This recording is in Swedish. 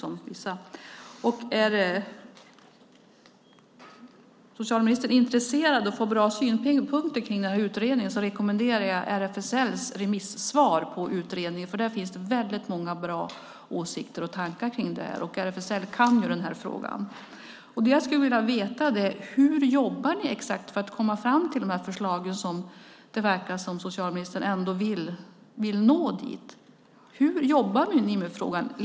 Är socialministern intresserad av bra synpunkter på utredningen rekommenderar jag RFSL:s remissvar på utredningen. Där finns väldigt många bra åsikter och tankar om detta. RFSL kan ju den här frågan. Det jag skulle vilja veta är: Hur jobbar ni exakt för att komma fram till förslag? Det verkar som om socialministern ändå vill nå dit. Hur jobbar ni med frågan?